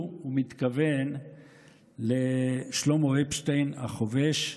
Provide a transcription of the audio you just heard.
הוא, הוא מתכוון לשלמה אפשטיין החובש,